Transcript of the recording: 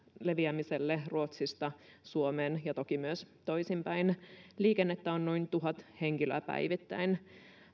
leviämiselle ruotsista suomeen ja toki myös toisinpäin liikennettä on noin tuhat henkilöä päivittäin